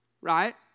Right